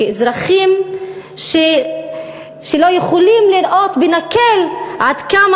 כאזרחים שלא יכולים לראות בנקל עד כמה